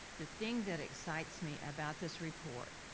the thing that excites me about this report,